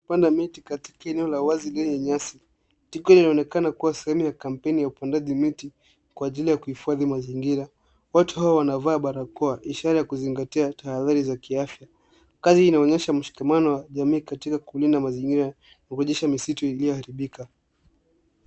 Kupanda miti katika eneo la wazi lililo na nyasi. Tukio hii inaonekana kuwa sehemu ya kampeni ya upandaji miti kwa ajili ya kuhifadhi mazingira. Watu hawa wanavaa barakoa ishara ya kuzingatua tahadhari za kiafya. Kazi hii inaonyesha mshikamano wa jamii katika kulinda mazingira na kurejesha misitu iliyoharibika.